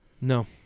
No